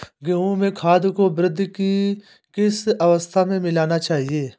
गेहूँ में खाद को वृद्धि की किस अवस्था में मिलाना चाहिए?